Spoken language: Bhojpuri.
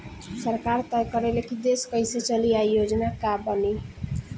सरकार तय करे ले की देश कइसे चली आ योजना का बनी